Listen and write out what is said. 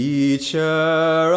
Teacher